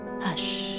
Hush